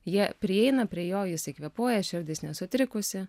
jie prieina prie jo jisai kvėpuoja širdis nesutrikusi